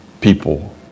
people